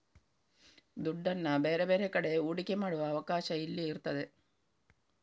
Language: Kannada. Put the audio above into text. ದುಡ್ಡನ್ನ ಬೇರೆ ಬೇರೆ ಕಡೆ ಹೂಡಿಕೆ ಮಾಡುವ ಅವಕಾಶ ಇಲ್ಲಿ ಇರ್ತದೆ